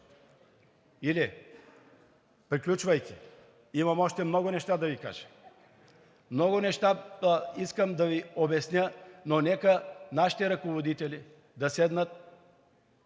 Приключвайки, имам още много неща да Ви кажа, много неща искам да Ви обясня, но нека нашите ръководители да седнат,